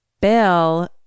Bill